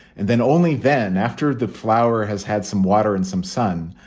and then only then after the flower has had some water and some sun.